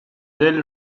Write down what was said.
d’elle